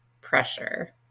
pressure